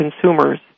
consumers